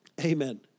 Amen